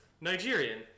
Nigerian